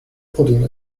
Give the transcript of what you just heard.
putting